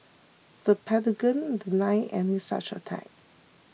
the pentagon denied any such attack